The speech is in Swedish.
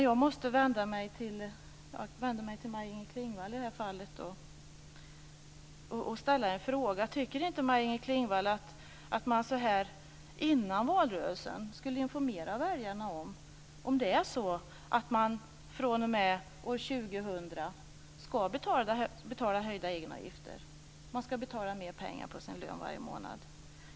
Jag måste dock vända mig till Maj Klingvall att väljarna så här före valrörelsen borde informeras om huruvida man fr.o.m. år 2000 skall betala höjda egenavgifter, dvs. betala mer pengar på sin lön varje månad?